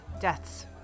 deaths